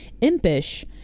impish